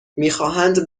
میخواهند